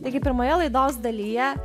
taigi pirmoje laidos dalyje